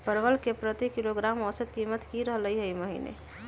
परवल के प्रति किलोग्राम औसत कीमत की रहलई र ई महीने?